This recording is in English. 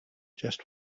just